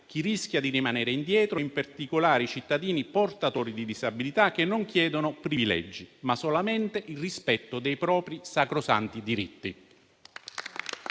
chi rischia di rimanere indietro, in particolare i cittadini portatori di disabilità, che chiedono non privilegi, ma solamente il rispetto dei propri sacrosanti diritti.